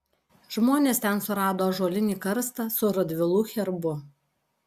žmonės ten surado ąžuolinį karstą su radvilų herbu